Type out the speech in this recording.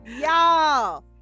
y'all